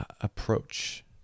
approach